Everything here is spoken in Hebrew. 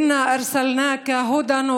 (אומרת דברים בשפה הערבית,